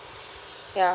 ya